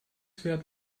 fährt